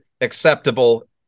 acceptable